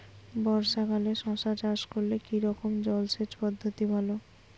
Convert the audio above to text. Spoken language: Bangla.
বর্ষাকালে শশা চাষ করলে কি রকম জলসেচ পদ্ধতি ভালো?